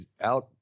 out